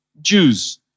Jews